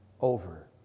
over